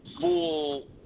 full